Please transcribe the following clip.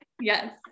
Yes